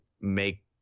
make